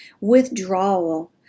Withdrawal